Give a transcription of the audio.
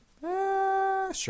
Sure